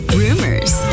rumors